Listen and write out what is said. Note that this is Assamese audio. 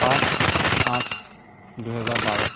পাঁচ আঠ দুহেজাৰ বাৰ